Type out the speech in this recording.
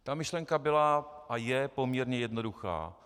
Ta myšlenka byla a je poměrně jednoduchá.